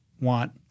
want